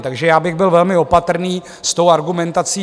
Takže bych byl velmi opatrný s tou argumentací.